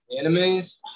Animes